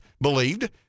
believed